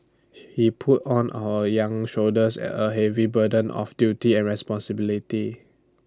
he put on our young shoulders A heavy burden of duty and responsibility